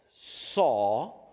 saw